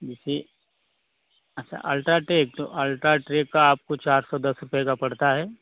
जैसे अच्छा अल्ट्राटेक तो अल्ट्राट्रेक का आपको चार सौ दस रुपए का पड़ता है